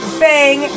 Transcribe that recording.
bang